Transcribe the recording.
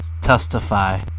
testify